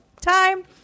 time